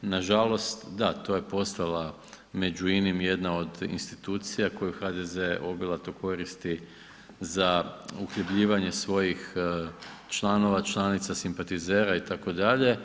Nažalost da to je postala među inim jedna od institucija koju HDZ obilato koristi za uhljebljivanje svojih članova, članica, simpatizera itd.